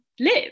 live